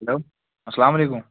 hello السلام علیکُم